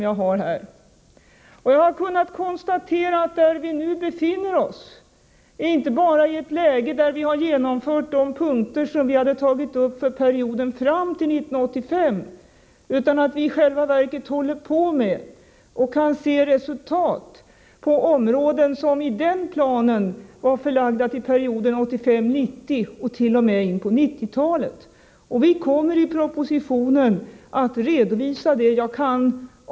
Jag har kunnat konstatera att vi nu befinner oss i ett läge där vi inte bara har genomfört punkter som vi hade tagit upp för perioden fram till 1985 utan i själva verket håller på med och kan se resultat på områden som i planen var förlagda till perioden 1985-1990 och t.o.m. in på 1990-talet. Vi kommer att redovisa detta i propositionen.